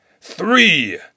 Three